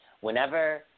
Whenever